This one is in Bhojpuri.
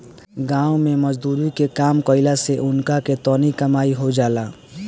गाँव मे मजदुरी के काम कईला से उनका के तनी कमाई हो जाला